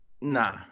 nah